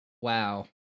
Wow